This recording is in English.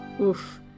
Oof